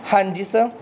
ਹਾਂਜੀ ਸਰ